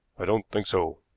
i don't think so,